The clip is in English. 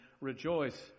rejoice